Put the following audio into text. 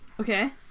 Okay